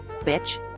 bitch